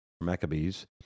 Maccabees